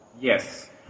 yes